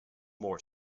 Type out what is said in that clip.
more